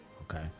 Okay